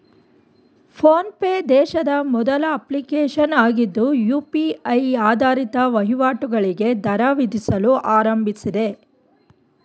phone pay ದೇಶದ ಮೊದಲ application ಆಗಿದ್ದು ಯು.ಪಿ.ಐ ಆಧಾರಿತ ವಹಿವಾಟುಗಳಿಗೆ ದರ ವಿಧಿಸಲು ಆರಂಭಿಸಿದೆ